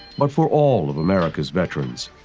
but for all of america's veterans.